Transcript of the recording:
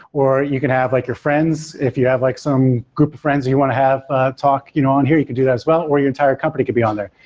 or you can have like your friends, if you have like some group of friends you want to have ah talked you know on here you could do that as well, or your entire company could be on there.